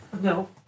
No